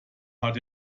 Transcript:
hat